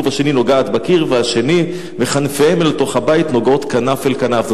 השני נֹגעת בקיר השני וכנפיהם אל תוך הבית נֹגעֹת כנף אל כנף".